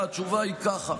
התשובה היא: ככה.